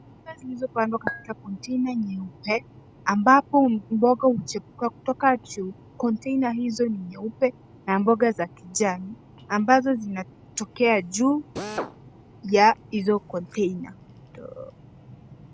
Mboga zilizopandwa katika container nyeupe, ambapo mboga uchipuka kutoka juu. Container hizo ni nyeupe na mboga za kijani ambazo zinatokea juu ya hizo container .